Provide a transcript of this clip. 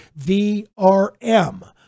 VRM